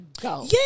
go